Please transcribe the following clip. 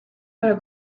para